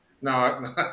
No